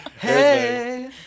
Hey